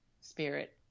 spirit